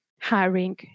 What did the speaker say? hiring